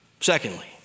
Secondly